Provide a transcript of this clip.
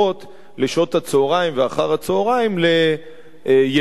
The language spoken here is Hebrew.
לשעות הצהריים ואחר-הצהריים לילדים,